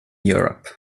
europe